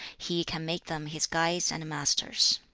he can make them his guides and masters